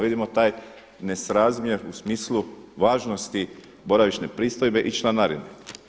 Vidimo taj nesrazmjer u smislu važnosti boravišne pristojbe i članarine.